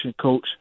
coach